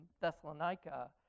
Thessalonica